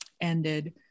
ended